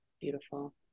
Beautiful